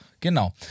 Genau